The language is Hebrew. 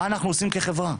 מה אנחנו עושים כחברה?